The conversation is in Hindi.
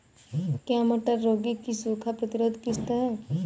क्या मटर रागी की सूखा प्रतिरोध किश्त है?